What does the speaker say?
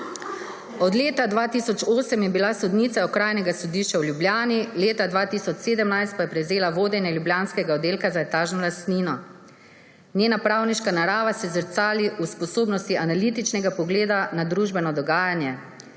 Od leta 2008 je bila sodnica Okrajnega sodišča v Ljubljani, leta 2017 pa je prevzela vodenje ljubljanskega oddelka za etažno lastnino. Njena pravniška narava se zrcali v sposobnosti analitičnega pogleda na družbeno dogajanje,